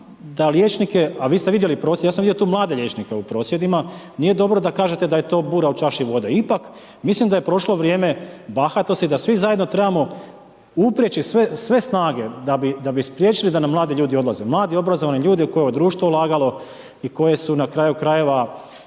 da liječnike, a vi ste vidjeli prosvjed. Ja sam vidio tu mlade liječnike u prosvjedima. Nije dobro da kažete da je to bura u čaši vode. Ipak mislim da je prošlo vrijeme bahatosti, da svi zajedno trebamo uprijeti sve snage da bi spriječili da nam mladi ljudi odlazi, mladi obrazovani ljudi koje je društvo ulagalo i koje su na kraju krajeva